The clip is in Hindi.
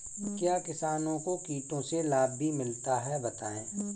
क्या किसानों को कीटों से लाभ भी मिलता है बताएँ?